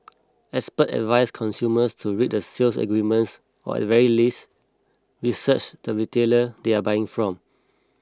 experts advise consumers to read the sales agreements or at the very least research the retailer they are buying from